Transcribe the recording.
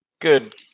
good